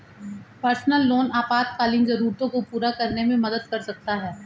personal loan आपातकालीन जरूरतों को पूरा करने में मदद कर सकता है